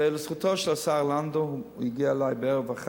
לזכותו של השר לנדאו, הוא הגיע ערב אחד.